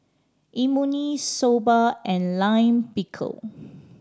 Imoni Soba and Lime Pickle